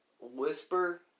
whisper